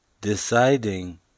Deciding